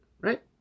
right